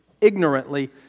ignorantly